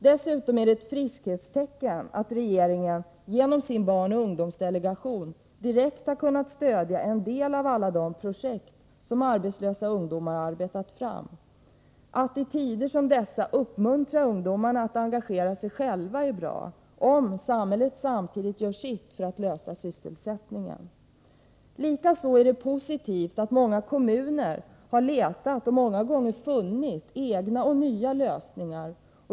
Dessutom är det ett friskhetstecken att regeringen genom sin barnoch ungdomsdelegation direkt har kunnat stödja en del av alla de projekt som arbetslösa ungdomar har arbetat fram. Att i tider som dessa uppmuntra ungdomarna att engagera sig själva är bra — om samhället samtidigt samtidigt gör sitt för lösa sysselsättningsproblemen. Likaså är det positivt att många kommuner har letat och många gånger funnit egna och nya lösningar.